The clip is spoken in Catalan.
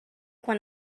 quan